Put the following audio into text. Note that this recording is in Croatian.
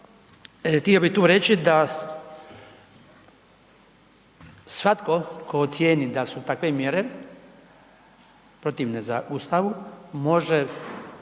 htio bi reći da svatko ko ocijeni da su takve mjere protivne Ustavu može